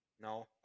No